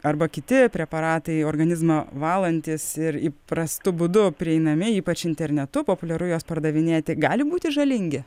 arba kiti preparatai organizmą valantys ir įprastu būdu prieinami ypač internetu populiaru juos pardavinėti gali būti žalingi